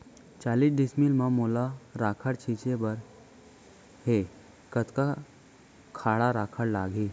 चालीस डिसमिल म मोला राखड़ छिंचे बर हे कतका काठा राखड़ लागही?